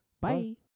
Bye